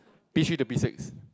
P three to P six